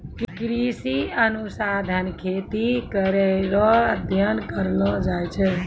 कृषि अनुसंधान खेती करै रो अध्ययन करलो जाय छै